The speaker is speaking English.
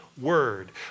word